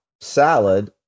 salad